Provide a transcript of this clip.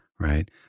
Right